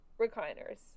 recliners